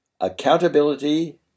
Accountability